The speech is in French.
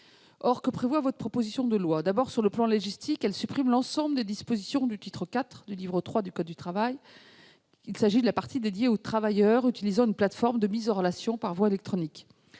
Or que prévoit votre proposition de loi ? D'abord, d'un point de vue légistique, elle supprime l'ensemble des dispositions du titre IV du livre III du code du travail ; il s'agit de la partie dédiée aux travailleurs utilisant une plateforme de mise en relation par voie électronique.